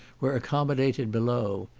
were accommodated below.